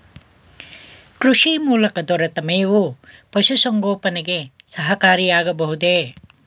ಕೃಷಿ ಮೂಲಕ ದೊರೆತ ಮೇವು ಪಶುಸಂಗೋಪನೆಗೆ ಸಹಕಾರಿಯಾಗಬಹುದೇ?